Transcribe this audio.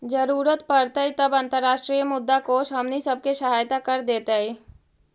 जरूरत पड़तई तब अंतर्राष्ट्रीय मुद्रा कोश हमनी सब के सहायता कर देतई